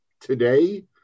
today